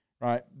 Right